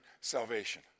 salvation